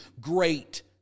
great